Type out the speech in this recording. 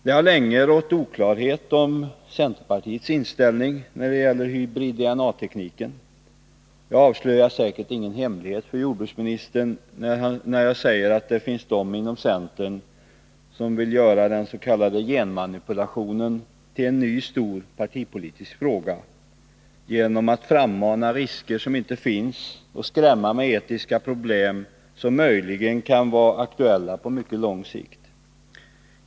Det har länge rått oklarhet om centerpartiets inställning till hybrid DNA-tekniken. Jag avslöjar säkert ingen hemlighet för jordbruksministern när jag säger att det finns de inom centern som vill göra den s.k. genmanipulationen till en ny stor partipolitisk fråga genom att frammana risker som inte finns och skrämma med etiska problem som möjligen kan vara aktuella på mycket lång sikt.